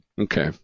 Okay